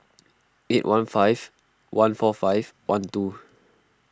eight one five one four five one two